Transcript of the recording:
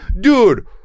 dude